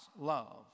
love